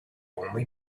only